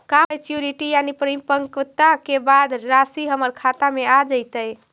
का मैच्यूरिटी यानी परिपक्वता के बाद रासि हमर खाता में आ जइतई?